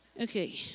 Okay